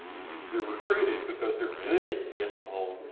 theyre recruited because theyre good at this